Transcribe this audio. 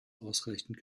ausreichend